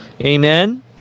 amen